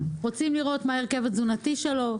רוצים לראות מה ההרכב התזונתי שלו,